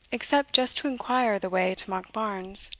except just to inquire the way to monkbarns.